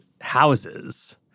houses